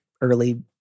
early